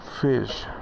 fish